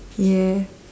yeah